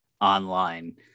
online